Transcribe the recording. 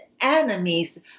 enemies